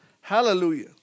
Hallelujah